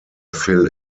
fill